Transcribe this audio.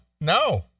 No